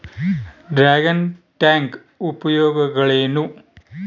Dragon tank ಉಪಯೋಗಗಳೇನು?